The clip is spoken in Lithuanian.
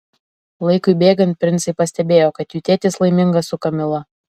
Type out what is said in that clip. laikui bėgant princai pastebėjo kad jų tėtis laimingas su kamila